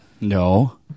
No